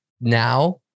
now